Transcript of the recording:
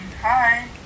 Hi